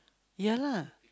ya lah